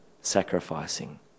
sacrificing